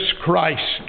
Christ